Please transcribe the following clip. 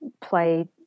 play